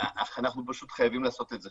אנחנו פשוט חייבים לעשות את זה,